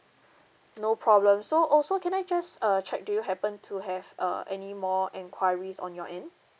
no problem so also can I just uh check do you happen to have uh any more enquiries on your end